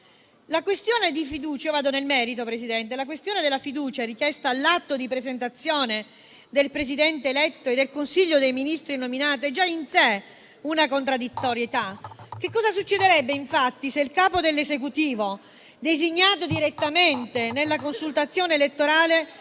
della Costituzione. Entro nel merito, signor Presidente. La questione della fiducia richiesta all'atto di presentazione del Presidente eletto e del Consiglio dei ministri nominato è già in sé una contraddizione. Che cosa succederebbe, infatti, se il capo dell'Esecutivo designato direttamente nella consultazione elettorale